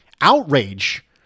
Outrage